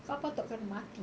kau patut kena mati